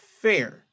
fair